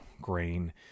grain